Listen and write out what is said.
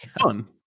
Fun